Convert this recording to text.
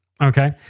Okay